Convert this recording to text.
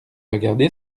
regardé